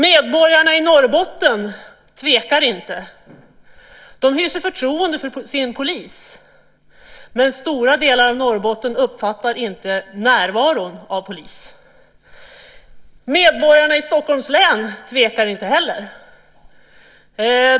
Medborgarna i Norrbotten tvekar inte. De hyser förtroende för sin polis, men stora delar av Norrbotten uppfattar inte närvaron av polis. Medborgarna i Stockholms län tvekar inte heller.